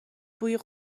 بوی